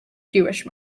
jewish